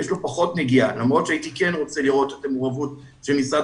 יש לו פחות נגיעה למרות שכן הייתי רוצה לראות מעורבות של משרד